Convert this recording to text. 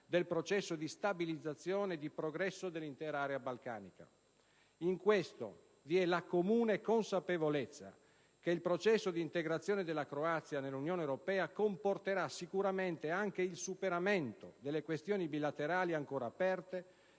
dei processo di stabilizzazione e di progresso dell'intera area balcanica. In questo, vi è la comune consapevolezza che il processo di integrazione della Croazia nell'Unione europea comporterà sicuramente anche il superamento delle questioni bilaterali ancora aperte